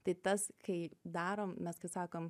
tai tas kai darom mes kai sakom